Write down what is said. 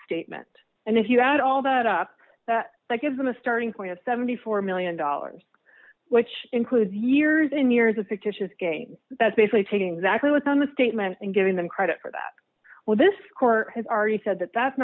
statement and if you add all that up that gives them a starting point of seventy four million dollars which includes years in years of fictitious gains that's basically taking zachary within the statement and giving them credit for that well this court has already said that that's